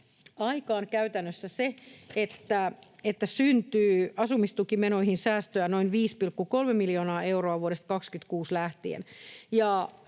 aikaan käytännössä se, että syntyy asumistukimenoihin säästöä noin 5,3 miljoonaa euroa vuodesta 26 lähtien.